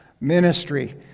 ministry